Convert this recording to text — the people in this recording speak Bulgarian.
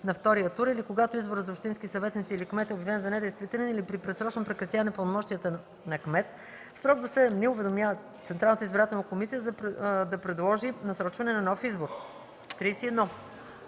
на втория тур или когато изборът за общински съветници или кмет е обявен за недействителен, или при предсрочно прекратяване пълномощията на кмет, в срок до 7 дни уведомява Централната избирателна комисия да предложи насрочване на нов избор; 31.